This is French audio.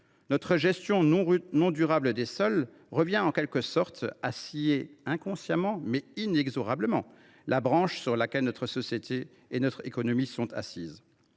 Notre gestion non durable des sols revient en quelque sorte à scier inconsciemment, mais inexorablement, la branche sur laquelle notre société et notre économie sont assises.